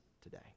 today